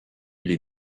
les